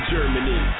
Germany